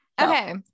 okay